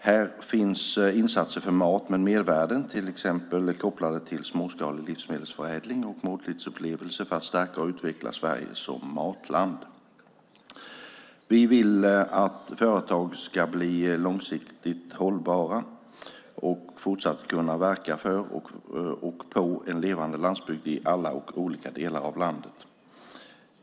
Här finns insatser för mat med mervärden till exempel kopplade till småskalig livsmedelsförädling och måltidsupplevelser för att stärka och utveckla Sverige som matland. Vi vill att företag ska bli långsiktigt hållbara och fortsatt kunna verka för, och på, en levande landsbygd i alla olika delar av landet.